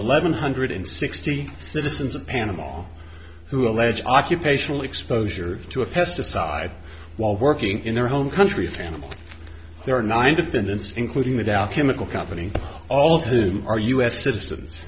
eleven hundred sixty citizens of panama who allege occupational exposure to a pesticide while working in their home country of tampa there are nine defendants including the dow chemical company all of whom are u s citizens